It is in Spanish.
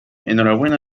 enhorabuena